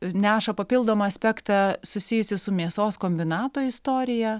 neša papildomą aspektą susijusį su mėsos kombinato istorija